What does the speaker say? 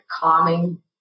calming